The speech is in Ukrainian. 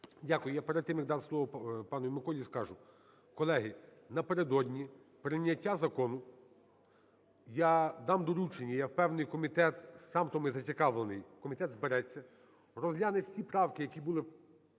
Дякую. Я перед тим, як дам слово пану Миколі, скажу. Колеги, напередодні прийняття закону я дам доручення. Я впевнений, комітет сам в тому зацікавлений, комітет збереться, розгляне всі правки, які були